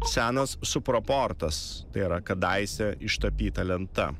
senas suproportas tai yra kadaise ištapyta lenta